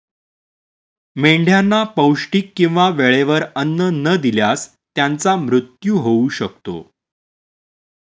मेंढ्यांना पौष्टिक किंवा वेळेवर अन्न न दिल्यास त्यांचा मृत्यू होऊ शकतो